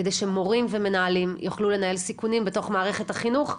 כדי שמורים ומנהלים יוכלו לנהל סיכונים בתוך מערכת החינוך.